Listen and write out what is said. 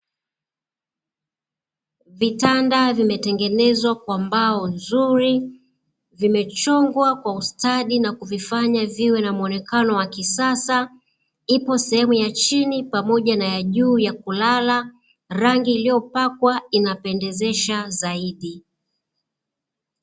Vitanda vimetengenezwa kwa mbao nzuri, vimechongwa kwa ustadi na kuvifanya viwe na mwonekano wa kisasa, ipo sehemu ya chini pamoja na ya juu ya kulala, rangi iliyopakwa inapendezesha zaidi.